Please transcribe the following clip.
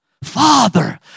Father